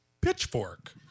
pitchfork